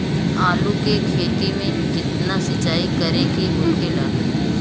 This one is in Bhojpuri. आलू के खेती में केतना सिंचाई करे के होखेला?